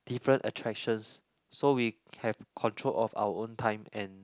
different attractions so we have control of our own time and